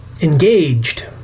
engaged